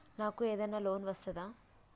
నాకు ఏదైనా లోన్ వస్తదా?